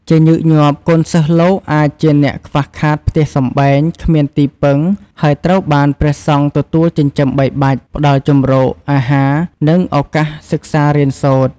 ជាញឹកញាប់ កូនសិស្សលោកអាចជាអ្នកខ្វះខាតផ្ទះសម្បែង គ្មានទីពឹង ហើយត្រូវបាន ព្រះសង្ឃទទួលចិញ្ចឹមបីបាច់ ផ្តល់ជម្រក អាហារ និងឱកាសសិក្សារៀនសូត្រ។